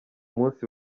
munsi